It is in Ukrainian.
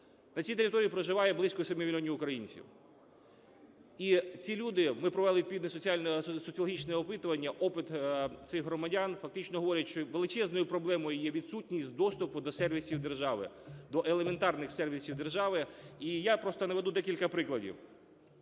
На цій території проживає близько 7 мільйонів українців. І ці люди, ми провели плідне соціологічне опитування, досвід цих громадян фактично говорить, що величезною проблемою є відсутність доступу до сервісів держави, до елементарних сервісів держави. Я просто наведу декілька прикладів.